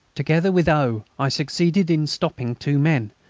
together with o, i succeeded in stopping two men,